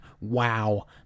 wow